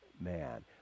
man